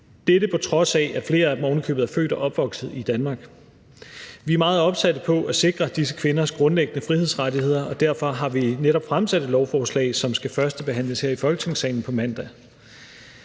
Dette er på trods af, at flere af dem ovenikøbet er født og opvokset i Danmark. Vi er meget opsatte på at sikre disse kvinders grundlæggende frihedsrettigheder, og derfor har vi netop fremsat et lovforslag, som skal førstebehandles her i Folketingssalen på mandag.